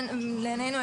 בעינינו,